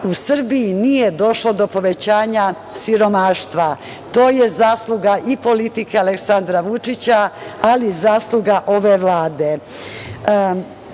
u Srbiji nije došlo do povećanja siromaštva. To je zasluga i politike Aleksandra Vučića, ali i zasluga ove Vlade. Ono